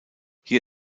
hier